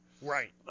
Right